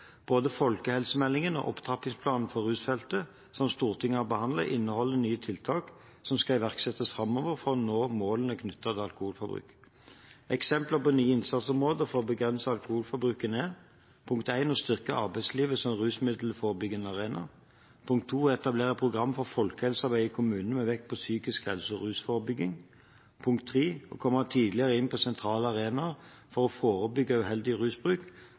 Både folkehelsemeldingen og opptrappingsplanen for rusfeltet, som Stortinget har behandlet, inneholder nye tiltak som skal iverksettes framover for å nå målene knyttet til alkoholbruk. Eksempler på nye innsatsområder for å begrense alkoholbruken er: å styrke arbeidslivet som rusmiddelforebyggende arena å etablere et program for folkehelsearbeid i kommunene med vekt på psykisk helse og rusforebygging å komme tidligere inn på sentrale arenaer for å forebygge uheldig rusbruk,